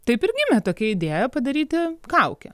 taip ir gimė tokia idėja padaryti kaukę